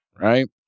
right